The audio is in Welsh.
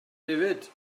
hefyd